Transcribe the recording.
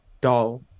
doll